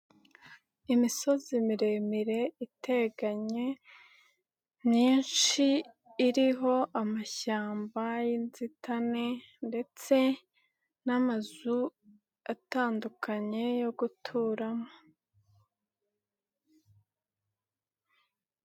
Imisozi miremire iteganye myinshi iriho amashyamba y'inzitane ndetse n'amazu atandukanye yo guturamo.